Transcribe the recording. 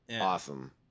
awesome